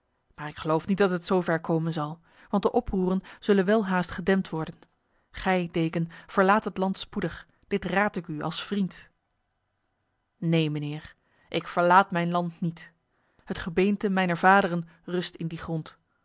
maar ik geloof niet dat het zo ver komen zal want de oproeren zullen welhaast gedempt worden gij deken verlaat het land spoedig dit raad ik u als vriend neen mijnheer ik verlaat mijn land niet het gebeente mijner vaderen rust in die grond